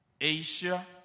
Asia